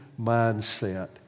mindset